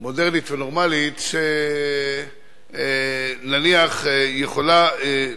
מודרנית ונורמלית, שנניח יכולה,